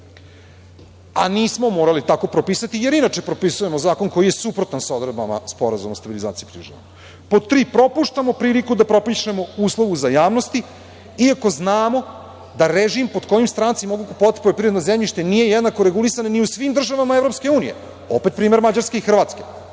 a nismo morali tako propisati jer inače propisujemo zakon koji je suprotan sa odredbama Sporazuma o stabilizaciji i pridruživanju. Pod tri, propuštamo priliku da propišemo uslove za javnost, iako znamo da režim pod kojim stranci mogu kupovati poljoprivredno zemljište nije jednako regulisan ni u svim državama EU. Opet primer Mađarske i